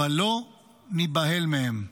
אבל לא ניבהל מהם.